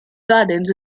gardens